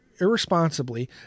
irresponsibly